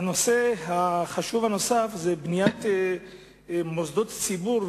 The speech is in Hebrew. נושא חשוב נוסף הוא בניית מוסדות ציבור,